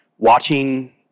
watching